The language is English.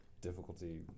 difficulty